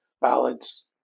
ballads